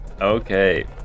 Okay